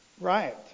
right